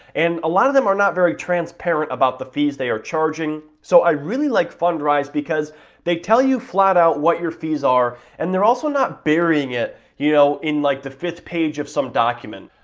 and a lot of them are not very transparent about the fees they are charging. so, i really like fundrise because they tell you flat out what your fees are, and they're also not burying it you know in like the fifth page of some document.